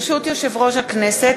ברשות יושב-ראש הכנסת,